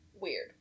weird